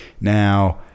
now